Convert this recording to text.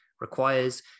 requires